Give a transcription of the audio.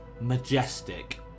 majestic